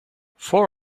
four